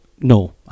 No